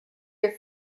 your